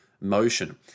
motion